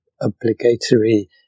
obligatory